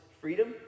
freedom